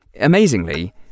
amazingly